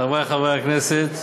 חברי חברי הכנסת,